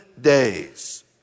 days